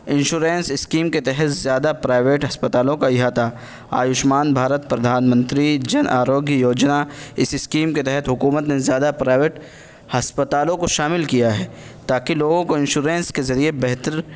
insurance scheme کے تحت زیادہ پرائیویٹ ہسپتالوں کا احاطہ آیوشمان بھارت پردھان منتری جن آروگیہ یوجنا اس اسکیم کے تحت حکومت نے زیادہ پرائیویٹ ہسپتالوں کو شامل کیا ہے تاکہ لوگوں کو انشورینس کے ذریعے بہتر